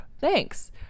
Thanks